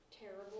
terrible